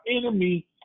enemy